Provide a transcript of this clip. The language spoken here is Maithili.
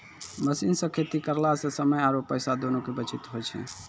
मशीन सॅ खेती करला स समय आरो पैसा दोनों के बचत होय छै